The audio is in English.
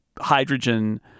hydrogen